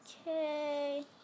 Okay